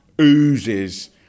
Oozes